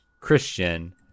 Christian